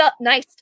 nice